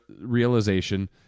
realization